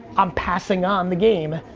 i'm passing on the game.